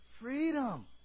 Freedom